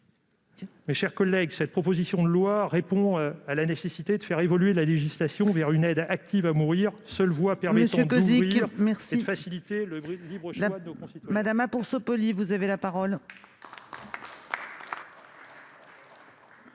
Mes chers collègues, cette proposition de loi répond à la nécessité de faire évoluer la législation vers une aide active à mourir. C'est la seule voie qui permette d'ouvrir et de faciliter le libre choix de nos concitoyens. La parole est à Mme